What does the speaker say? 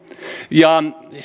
ja